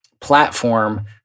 platform